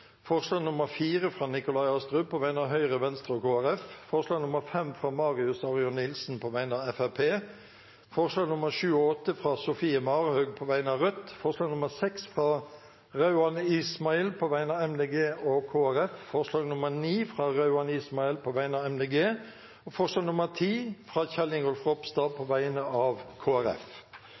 forslag nr. 4, fra Nikolai Astrup på vegne av Høyre, Venstre og Kristelig Folkeparti forslag nr. 5, fra Marius Arion Nilsen på vegne av Fremskrittspartiet forslagene nr. 7 og 8, fra Sofie Marhaug på vegne av Rødt forslag nr. 6, fra Rauand Ismail på vegne av Miljøpartiet De Grønne og Kristelig Folkeparti forslag nr. 9, fra Rauand Ismail på vegne av Miljøpartiet De Grønne forslag nr. 10, fra Kjell Ingolf Ropstad på vegne av